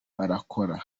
barakora